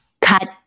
Cut